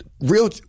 Real